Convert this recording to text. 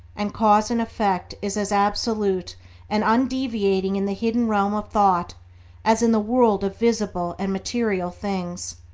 and cause and effect is as absolute and undeviating in the hidden realm of thought as in the world of visible and material things.